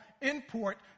import